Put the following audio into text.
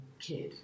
kid